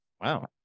Wow